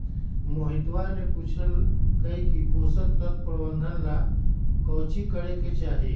मोहितवा ने पूछल कई की पोषण तत्व प्रबंधन ला काउची करे के चाहि?